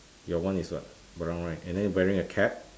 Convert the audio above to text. your one is what brown right and then wearing a cap